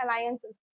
alliances